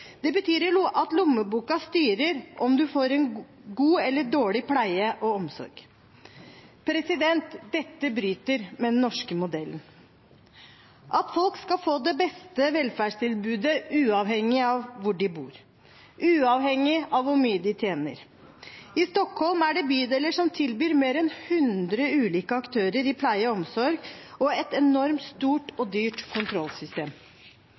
Det betyr at lommeboka styrer om man får god eller dårlig pleie og omsorg. Dette bryter med den norske modellen – at folk skal få det beste velferdstilbudet, uavhengig av hvor de bor, uavhengig av hvor mye de tjener. I Stockholm er det bydeler som tilbyr mer enn 100 ulike aktører i pleie og omsorg, og det er et enormt stort og dyrt kontrollsystem.